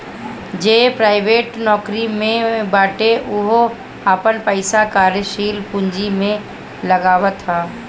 जे प्राइवेट नोकरी में बाटे उहो आपन पईसा कार्यशील पूंजी में लगावत हअ